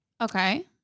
Okay